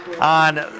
on